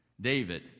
David